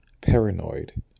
paranoid